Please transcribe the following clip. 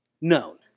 Known